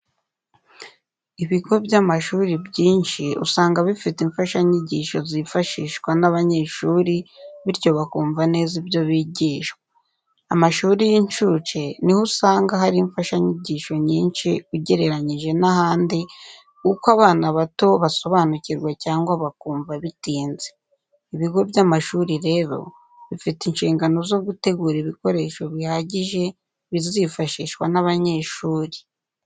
Ibigo by'amashuri byinshi usanga bifite imfashanyigisho zifashishwa n'abanyeshuri bityo bakumva neza ibyo bigishwa. Amashuri y'incuke ni ho usanga hari imfashanyigisho nyinshi ugereranyije n'ahandi kuko abana bato basobanukirwa cyangwa bakumva bitinze. Ibigo by'amashuri rero bifite inshingano zo gutegura ibikoresho bihagije bizifashishwa n'abanyeshuri.